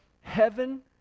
heaven